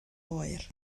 oer